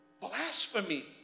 Blasphemy